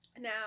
now